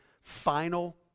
final